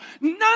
None